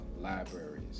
libraries